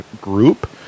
group